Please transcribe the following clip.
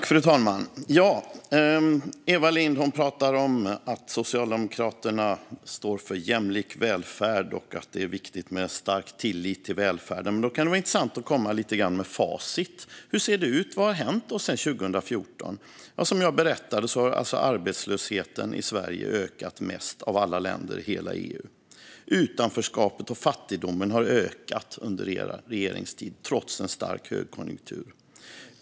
Fru talman! Eva Lindh pratar om att Socialdemokraterna står för jämlik välfärd och att det är viktigt med en stark tillit till välfärden. Då kan det vara intressant att komma med facit. Hur ser det ut? Vad har hänt sedan 2014? Som jag berättade har arbetslösheten alltså ökat mest i Sverige av alla länder i hela EU. Utanförskapet och fattigdomen har ökat under er regeringstid, trots en stark högkonjunktur.